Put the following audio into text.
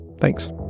Thanks